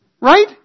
Right